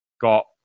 Got